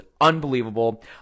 unbelievable